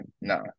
no